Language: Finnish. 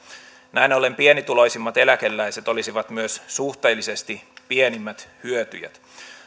näin ollen pienituloisimmat eläkeläiset olisivat myös suhteellisesti pienimmät hyötyjät